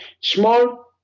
Small